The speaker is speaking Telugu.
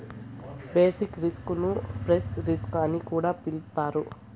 బేసిక్ రిస్క్ ను ప్రైస్ రిస్క్ అని కూడా పిలుత్తారు